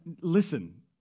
listen